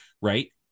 right